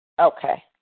Okay